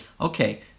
okay